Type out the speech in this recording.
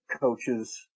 coaches